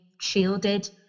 shielded